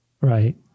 Right